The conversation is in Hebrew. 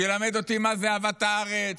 שילמד אותי מה זאת אהבת הארץ.